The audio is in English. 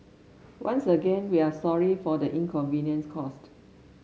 once again we are sorry for the inconvenience caused